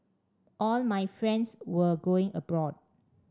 all my friends were going abroad